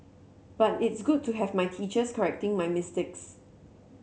but it's good to have my teachers correcting my mistakes